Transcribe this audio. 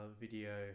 video